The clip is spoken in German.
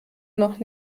noch